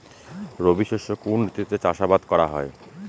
রবি শস্য কোন ঋতুতে চাষাবাদ করা হয়?